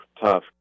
tough